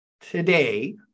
today